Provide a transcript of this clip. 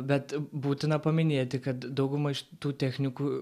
bet būtina paminėti kad dauguma iš tų technikų